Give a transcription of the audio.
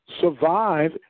survive